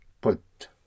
put